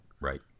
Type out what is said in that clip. Right